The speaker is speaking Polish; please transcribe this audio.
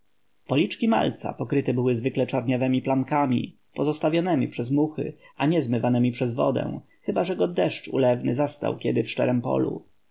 policzki malca pokryte były zwykle czarniawemi plamkami pozostawionemi przez muchy a niezmywanemi przez wodę chyba że go deszcz ulewny zastał kiedy w szczerem polu